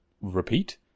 repeat